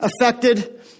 affected